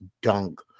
dunk